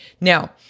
Now